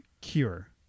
cure